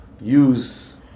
use